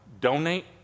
donate